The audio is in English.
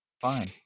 Fine